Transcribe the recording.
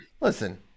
listen